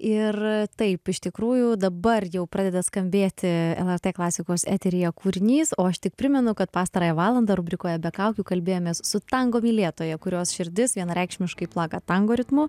ir taip iš tikrųjų dabar jau pradeda skambėti lrt klasikos eteryje kūrinys o aš tik primenu kad pastarąją valandą rubrikoje be kaukių kalbėjomės su tango mylėtoja kurios širdis vienareikšmiškai plaka tango ritmu